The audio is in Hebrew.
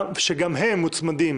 שגם הם מוצמדים